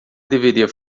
deveria